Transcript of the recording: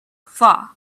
flaw